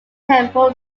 temple